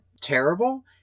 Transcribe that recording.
terrible